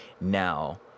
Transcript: Now